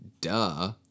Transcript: Duh